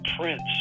prince